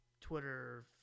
Twitter